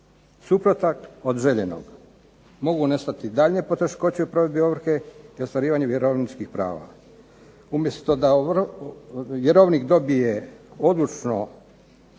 suprotan od željenog. Mogu nastati daljnje poteškoće u provedbi ovrhe i ostvarivanje vjerovničkih prava. Umjesto da vjerovnik dobije odlučno